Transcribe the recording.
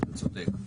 אתה צודק.